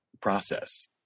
process